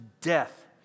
death